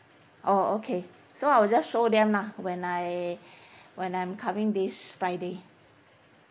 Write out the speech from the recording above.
oh okay so I will just show them lah when I when I'm coming this friday